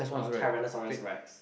or Tyrannosaurus Rex